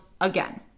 again